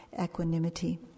equanimity